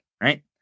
right